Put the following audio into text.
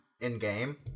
in-game